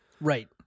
Right